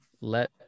Let